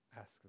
ask